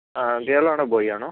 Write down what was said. ആ ഗേൾ ആണോ ബോയ് ആണോ